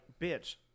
bitch